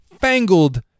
fangled